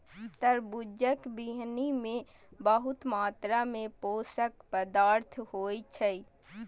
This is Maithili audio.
तरबूजक बीहनि मे बहुत मात्रा मे पोषक पदार्थ होइ छै